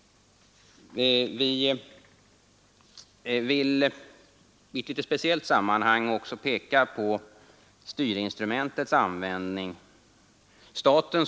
I ett speciellt sammanhang vill vi också peka på hur staten kan styra utvecklingen.